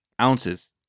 ounces